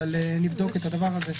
אבל נבדוק את הדבר הזה.